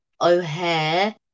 O'Hare